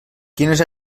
quines